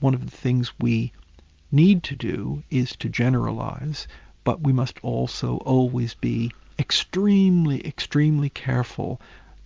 one of the things we need to do is to generalise but we must also always be extremely, extremely careful